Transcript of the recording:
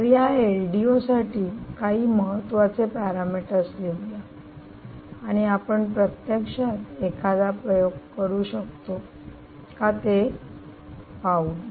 तर या एलडीओ साठी काही महत्त्वाचे पॅरामीटर्स लिहूया आणि आपण प्रत्यक्षात एखादा प्रयोग करू शकतो का ते ही पाहूया